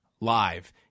live